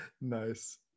Nice